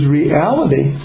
reality